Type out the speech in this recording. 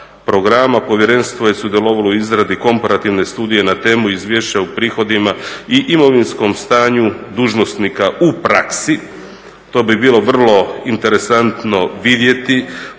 programa povjerenstvo je sudjelovalo u izradi komparativne studije na temu izvješća u prihodima i imovinskom stanju dužnosnika u praksi. To bi bilo vrlo interesantno vidjeti.